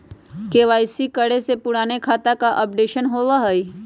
KYC करें से पुराने खाता के अपडेशन होवेई?